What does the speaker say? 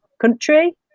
country